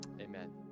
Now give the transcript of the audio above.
Amen